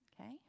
Okay